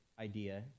idea